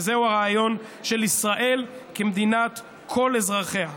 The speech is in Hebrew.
וזהו הרעיון של ישראל כמדינת כל אזרחיה.